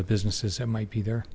the businesses that might be there